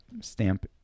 stamp